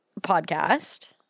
podcast